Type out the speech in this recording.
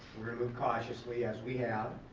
we're gonna move cautiously as we have.